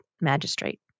magistrate